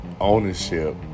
ownership